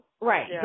right